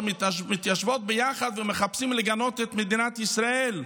שמתיישבים ביחד ומחפשים לגנות את מדינת ישראל.